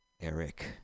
Eric